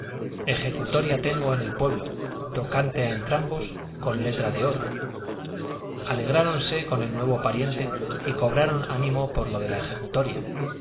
bellaco ejecutoria tengo en el pueblo tocante a entrambos con letras de oro alegráronse con el nuevo pariente y cobraron ánimo con lo de la ejecutoria